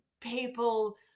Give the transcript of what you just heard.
people